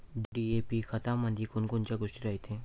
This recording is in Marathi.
डी.ए.पी खतामंदी कोनकोनच्या गोष्टी रायते?